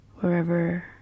wherever